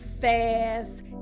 fast